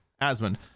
Asmund